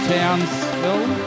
Townsville